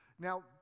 Now